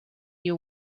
you